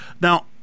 now